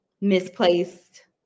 misplaced